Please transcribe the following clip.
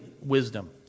wisdom